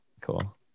Cool